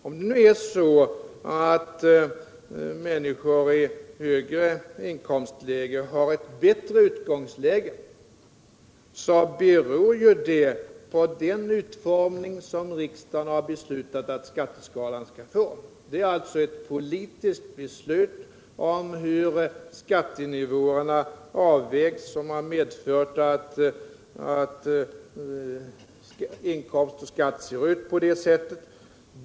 Om det nu är så att människor med högre inkomster har ett bättre utgångsläge, så beror det på den utformning som riksdagen har beslutat att skatteskalan skall ha. Det är alltså ett politiskt beslut om hur skattenivåerna skall avvägas som medfört att fördelningen av inkomster och skatter ser ut som den gör.